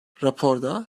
raporda